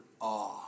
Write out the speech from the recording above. awe